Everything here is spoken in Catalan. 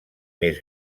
més